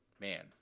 man –